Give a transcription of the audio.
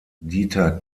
dieter